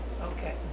Okay